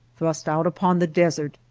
thrust out upon the desert,